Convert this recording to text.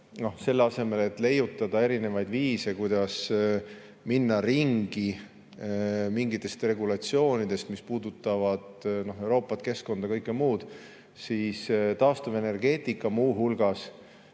selle asemel, et leiutada erinevaid viise, kuidas minna ringi mingitest regulatsioonidest, mis puudutavad Euroopat, keskkonda ja kõike muud, siis taastuvenergeetika muu hulgas